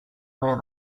where